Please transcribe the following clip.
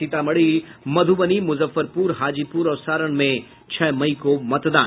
सीतामढ़ी मधुबनी मुजफ्फरपुर हाजीपुर और सारण में छह मई को मतदान